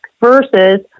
versus